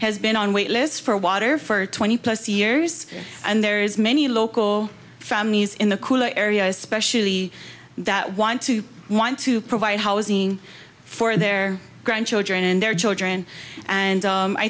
has been on wait lists for water for twenty plus years and there's many local families in the cooler area especially that want to want to provide housing for their grandchildren and their children and